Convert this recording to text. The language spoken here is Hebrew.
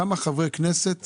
כמה חברי כנסת